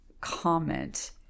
comment